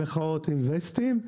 במחאות עם ווסטים,